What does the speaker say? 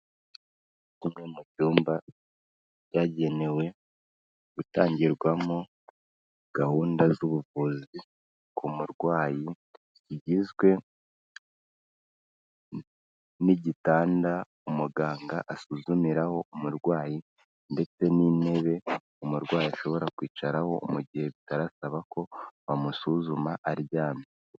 Kimwe mu byumba byagenewe gutangirwamo gahunda z'ubuvuzi ku murwayi zigizwe n'igitanda umuganga asuzumiraho umurwayi, ndetse n'intebe umurwayi ashobora kwicaraho mu gihe bitarasaba ko bamusuzuma aryamye.